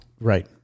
Right